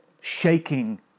shaking